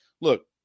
look